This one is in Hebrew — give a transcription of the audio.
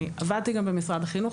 אני עבדתי גם במשרד החינוך,